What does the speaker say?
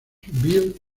bill